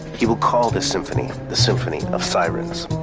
he will call this symphony, the symphony of sirens.